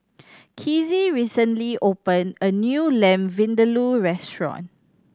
Kizzie recently open a new Lamb Vindaloo restaurant